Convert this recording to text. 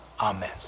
Amen